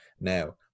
now